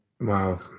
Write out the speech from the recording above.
Wow